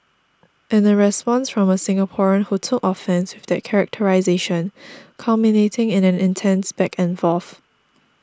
and a response from a Singaporean who took offence with that characterisation culminating in an intense back and forth